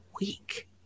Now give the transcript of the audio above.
week